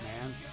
man